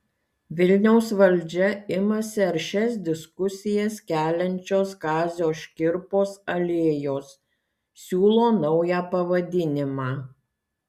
vilniaus valdžia imasi aršias diskusijas keliančios kazio škirpos alėjos siūlo naują pavadinimą